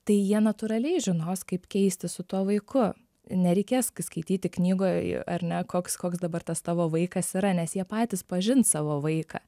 tai jie natūraliai žinos kaip keistis su tuo vaiku nereikės skaityti knygoje ar ne koks koks dabar tas tavo vaikas yra nes jie patys pažins savo vaiką